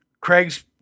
Craig's